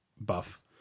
buff